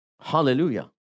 Hallelujah